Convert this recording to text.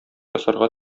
ясарга